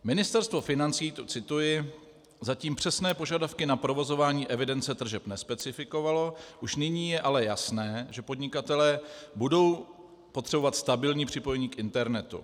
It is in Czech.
Ministerstvo financí, to cituji, zatím přesné požadavky na provozování evidence tržeb nespecifikovalo, už nyní je ale jasné, že podnikatelé budou potřebovat stabilní připojení k internetu.